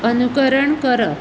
अनुकरण करप